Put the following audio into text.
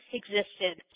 existed